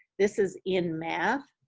this is in math,